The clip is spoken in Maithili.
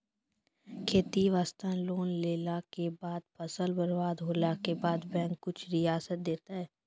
खेती वास्ते लोन लेला के बाद फसल बर्बाद होला के बाद बैंक कुछ रियायत देतै?